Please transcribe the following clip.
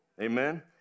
Amen